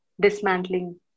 dismantling